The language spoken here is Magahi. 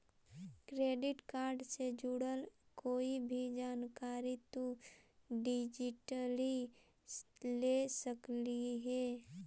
क्रेडिट कार्ड से जुड़ल कोई भी जानकारी तु डिजिटली ले सकलहिं हे